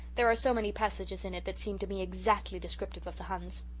there are so many passages in it that seem to me exactly descriptive of the huns.